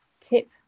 tip